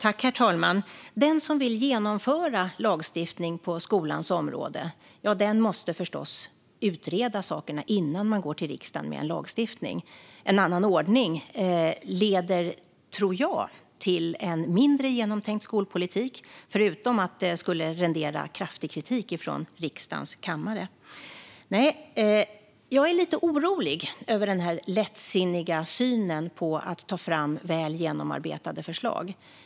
Herr talman! Den som vill genomföra lagstiftning på skolans område måste förstås utreda sakerna innan man går till riksdagen med en lagstiftning. En annan ordning leder, tror jag, till en mindre genomtänkt skolpolitik förutom att det skulle rendera kraftig kritik från riksdagens kammare. Jag är lite orolig över den lättsinniga synen på att ta fram väl genomarbetade förslag.